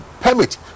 permit